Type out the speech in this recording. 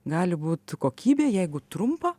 gali būt kokybė jeigu trumpo